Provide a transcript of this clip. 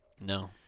No